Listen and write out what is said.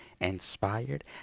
Inspired